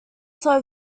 slow